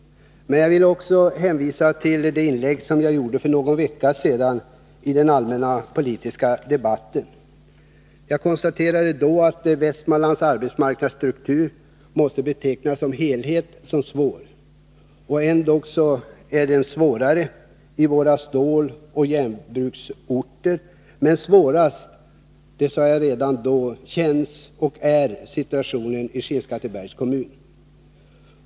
Jag vill också hänvisa till det inlägg som jag gjorde för någon tid sedan i den allmänpolitiska debatten. Jag konstaterade då att Västmanlands arbetsmarknadsstruktur som helhet måste betecknas som svår. Ändå är den svårare i våra ståloch järnbruksorter. Men svårast känns och är situationen i Skinnskattebergs kommun.